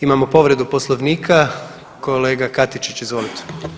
Imamo povredu Poslovnika, kolega Katičić, izvolite.